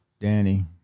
Danny